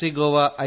C Goa I